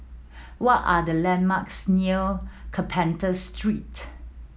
what are the landmarks near Carpenter Street